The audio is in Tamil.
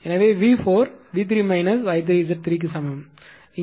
எனவே V4 V3 I3Z3 க்கு சமம்